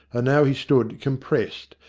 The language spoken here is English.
and now he stood compressed,